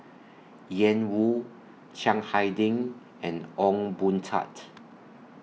Ian Woo Chiang Hai Ding and Ong Boon Tat